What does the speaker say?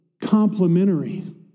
complementary